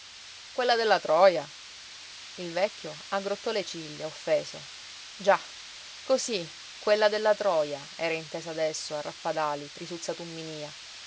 quella della troja il vecchio aggrottò le ciglia offeso già cosí quella della troja era intesa adesso a raffadali trisuzza tumminía